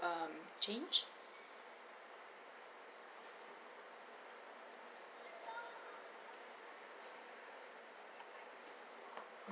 um change